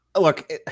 Look